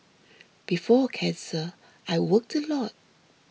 before cancer I worked a lot